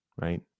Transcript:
right